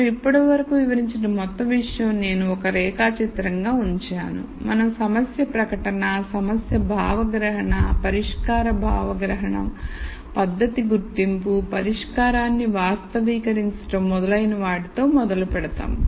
మనం ఇప్పటివరకు వివరించిన మొత్తం విషయం నేను ఒక రేఖా చిత్రంగా ఉంచాను మనం సమస్య ప్రకటన సమస్య భావ గ్రహణ పరిష్కారం భావ గ్రహణం పద్ధతి గుర్తింపు పరిష్కారాన్ని వాస్తవికరించడం మొదలైనవాటితో మొదలుపెడతాం